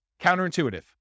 Counterintuitive